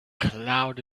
cloud